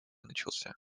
начался